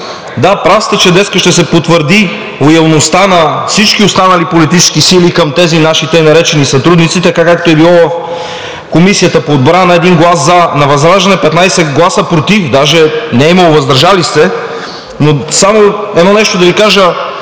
Да, прав сте, че днес ще се потвърди лоялността на всички останали политически сили към тези наши така наречени сътрудници, както е било в Комисията по отбрана – един глас „за“ на ВЪЗРАЖДАНЕ, 15 гласа – „против“, даже не е имало „въздържал се“. Само едно нещо да Ви кажа,